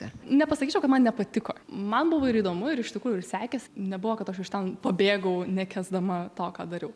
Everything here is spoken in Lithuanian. nepasakyčiau kad man nepatiko man buvo ir įdomu ir iš tikrųjų ir sekės nebuvo kad aš iš ten pabėgau nekęsdama to ką dariau